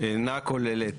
אינה כוללת